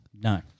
No